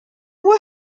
were